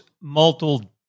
multiple